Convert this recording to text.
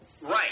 Right